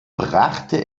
brachte